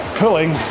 pulling